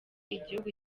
igihugu